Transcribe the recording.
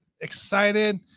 excited